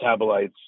metabolites